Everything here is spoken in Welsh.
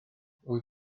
wyt